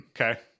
Okay